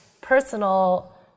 personal